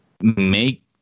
make